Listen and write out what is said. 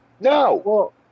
No